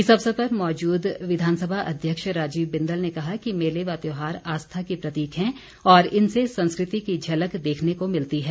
इस अवसर पर मौजूद विधानसभा अध्यक्ष राजीव बिंदल ने कहा कि मेले व त्योहार आस्था के प्रतीक हैं और इनसे संस्कृति की झलक देखने को मिलती है